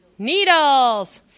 Needles